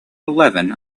eleven